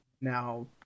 Now